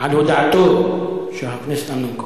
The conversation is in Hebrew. על הודעתו של חבר הכנסת אמנון כהן.